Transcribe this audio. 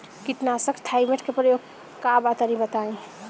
कीटनाशक थाइमेट के प्रयोग का बा तनि बताई?